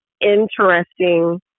interesting